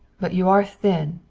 but you are thin.